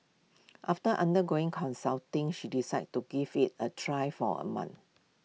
after undergoing consulting she decided to give IT A try for A month